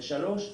שלוש,